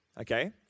okay